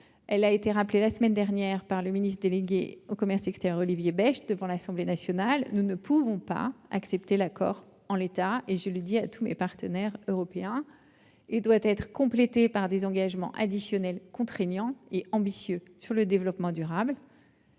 Elle a été rappelée la semaine dernière par le ministre délégué chargé du commerce extérieur, Olivier Becht : nous ne pouvons pas accepter l'accord en l'état. Comme je le dis à tous nos partenaires européens, cet accord doit être complété par des engagements additionnels contraignants et ambitieux sur le développement durable.